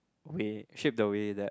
we hit the way that